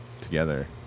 together